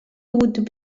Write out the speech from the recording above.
would